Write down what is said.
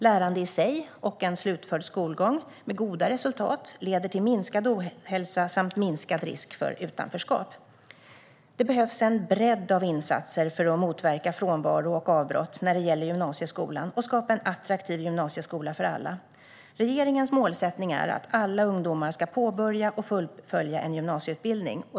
Lärande i sig och en slutförd skolgång med goda resultat leder till minskad ohälsa och minskad risk för utanförskap. Det behövs en bredd av insatser för att motverka frånvaro och avbrott när det gäller gymnasieskolan och att skapa en attraktiv gymnasieskola för alla. Regeringens målsättning är att alla ungdomar ska påbörja och fullfölja en gymnasieutbildning.